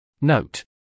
Note